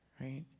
right